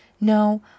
No